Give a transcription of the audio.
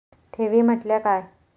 ठेवी म्हटल्या काय?